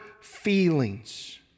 feelings